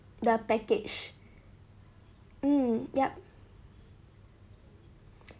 the package mm yup